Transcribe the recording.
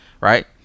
right